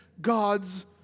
God's